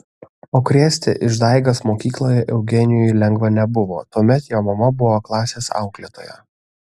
o krėsti išdaigas mokykloje eugenijui lengva nebuvo tuomet jo mama buvo klasės auklėtoja